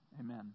amen